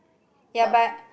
ya but